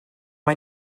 mae